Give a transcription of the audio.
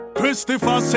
Christopher